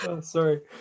sorry